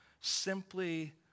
simply